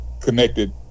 connected